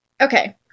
Okay